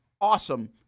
awesome